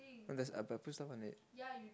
but there's but I put stuff on it